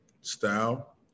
style